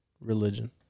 religion